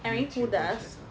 I mean who does